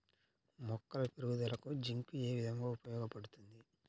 మొక్కల పెరుగుదలకు జింక్ ఏ విధముగా ఉపయోగపడుతుంది?